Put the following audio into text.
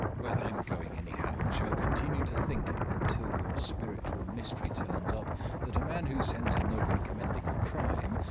well, i'm going, anyhow, and shall continue to think until your spiritual mystery turns up that a man who sends a note recommending a crime,